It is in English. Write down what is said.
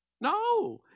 No